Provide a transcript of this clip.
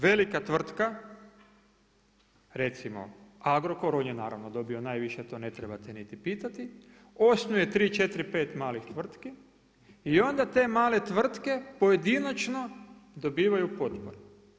Velika tvrtka, recimo Agrokor, on je naravno dobio najviše, to ne trebate niti pitati, osnuje 3, 4, 5 malih tvrtki i onda te male tvrtke pojedinačno dobivaju potporu.